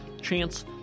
chance